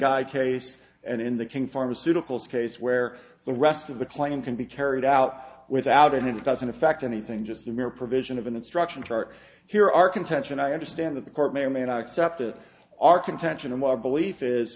guy case and in the king pharmaceuticals case where the rest of the claim can be carried out without and it doesn't affect anything just the mere provision of an instruction chart here our contention i understand that the court may or may not accept that our contention and our belief is